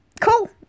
cool